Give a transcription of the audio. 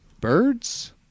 birds